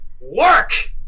work